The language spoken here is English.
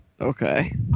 Okay